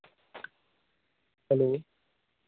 hello